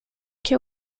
que